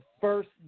first